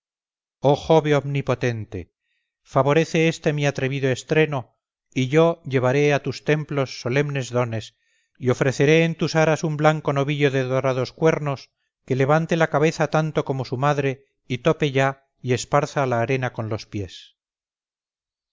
omnipotente favorece este mi atrevido estreno y yo llevaré a tus templos solemnes dones y ofreceré en tus aras un blanco novillo de dorados cuernos que levante la cabeza tanto como su madre y tope ya y esparza la arena con los pies